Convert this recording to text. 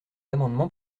amendement